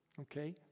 Okay